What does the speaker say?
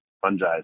fungi